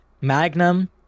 Magnum